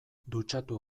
dutxatu